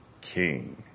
king